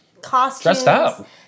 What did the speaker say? costumes